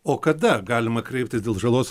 o kada galima kreiptis dėl žalos